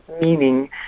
meaning